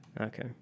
Okay